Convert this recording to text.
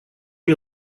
you